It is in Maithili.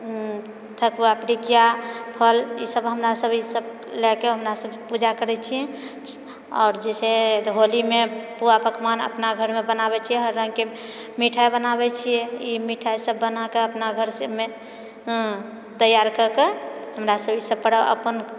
ठकुआ पीड़िकिया फल ई सभ हमरा सभ ई सभ लए कऽ हमरा सभ पूजा करै छियै आओर जे छै तऽ होलीमे पूआ पकमान अपना घरमे बनाबै छियै हर रङ्गके मिठाइ बनाबै छियै ई मिठाइ सभ बनाकऽ अपना घरसँमे हँ तैयार करिकऽ हमरा सभ ई सभ परब अपन